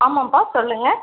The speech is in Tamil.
ஆமாம்பா சொல்லுங்கள்